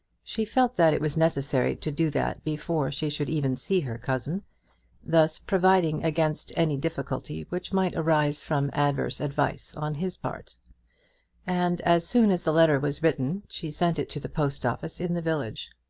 she felt that it was necessary to do that before she should even see her cousin thus providing against any difficulty which might arise from adverse advice on his part and as soon as the letter was written she sent it to the post-office in the village.